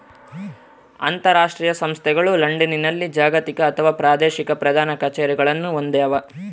ಅಂತರಾಷ್ಟ್ರೀಯ ಸಂಸ್ಥೆಗಳು ಲಂಡನ್ನಲ್ಲಿ ಜಾಗತಿಕ ಅಥವಾ ಪ್ರಾದೇಶಿಕ ಪ್ರಧಾನ ಕಛೇರಿಗಳನ್ನು ಹೊಂದ್ಯಾವ